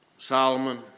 Solomon